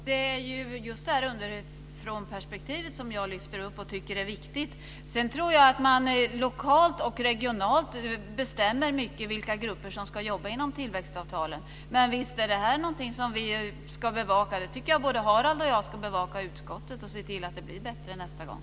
Herr talman! Det är ju just detta underifrånperspektiv som jag lyfter upp och tycker är viktigt. Sedan tror jag att man lokalt och regionalt bestämmer mycket vilka grupper som ska jobba inom tillväxtavtalen. Men visst är det någonting som vi ska bevaka. Jag tycker att både Harald och jag ska bevaka det här i utskottet och se till att det blir bättre nästa gång.